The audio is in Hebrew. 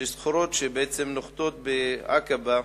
שסחורות שנוחתות בעקבה,